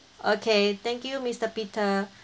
okay thank you mister peter